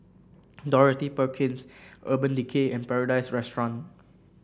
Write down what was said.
Dorothy Perkins Urban Decay and Paradise Restaurant